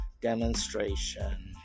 demonstration